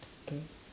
okay